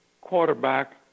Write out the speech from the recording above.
quarterback